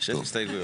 כשש הסתייגויות.